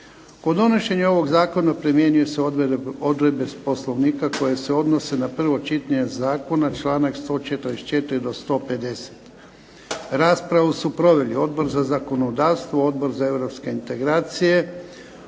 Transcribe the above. Kod donošenja ovog zakona primjenjuju se odredbe Poslovnika koje se odnose na prvo čitanje zakona, članak 144. do 150. Raspravu su proveli Odbor za zakonodavstvo, Odbor za europske integracije,